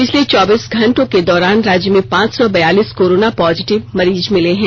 पिछले चौबीस घंटों के दौरान राज्य में पांच सौ बयालीस कोरोना पॉजिटिव मरीज मिले हैं